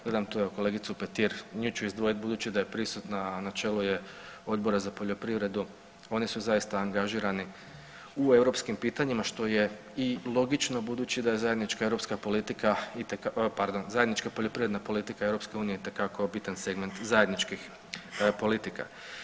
Gledaj tu evo kolegicu Petir nju ću izvoliti budući da je prisutna na čelu je Odbora za poljoprivredu, oni su zaista angažirani u europskim pitanjima što je i logično budući da je zajednička europska politika, pardon zajednička poljoprivredna politika Europske unije itekako bitan segment zajedničkih politika.